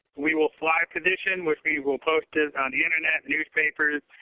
we will fly a position which we will post it on the internet, newspapers,